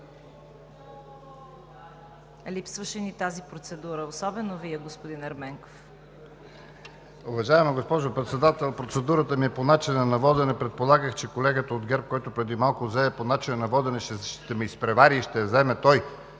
Липсваше ни тази процедура – особено Вие, господин Ерменков.